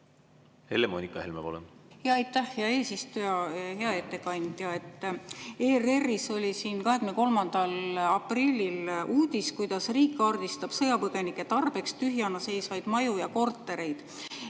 Helle‑Moonika Helme, palun! Aitäh, hea eesistuja! Hea ettekandja! ERR‑is oli 23. aprillil uudis, kuidas riik kaardistab sõjapõgenike tarbeks tühjana seisvaid maju ja kortereid.